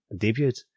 debuted